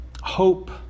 hope